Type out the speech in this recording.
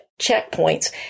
checkpoints